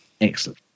excellent